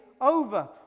over